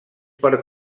per